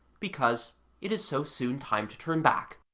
because it is so soon time to turn back.